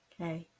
Okay